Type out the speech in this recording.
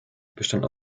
bestand